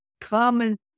common